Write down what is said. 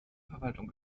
verwaltung